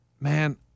man